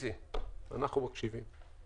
צרכן גז שאינו צרכן גז ביתי,